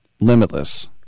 limitless